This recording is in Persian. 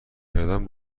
کردن